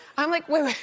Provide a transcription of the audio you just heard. i'm like wait,